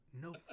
No